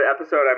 episode